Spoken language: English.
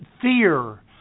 fear